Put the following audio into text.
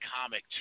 comic